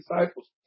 disciples